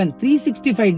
365